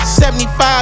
75